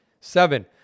Seven